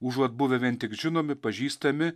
užuot buvę vien tik žinomi pažįstami